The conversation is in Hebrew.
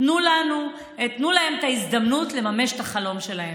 תנו להן את ההזדמנות לממש את החלום שלהן.